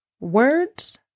Words